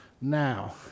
now